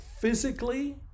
physically